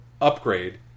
upgrade